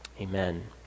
amen